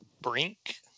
Brink